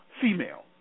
female